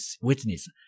witness